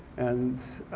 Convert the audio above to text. and